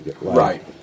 Right